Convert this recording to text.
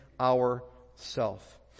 ourself